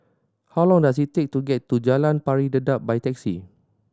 how long does it take to get to Jalan Pari Dedap by taxi